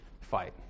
fight